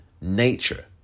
nature